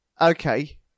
Okay